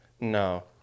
No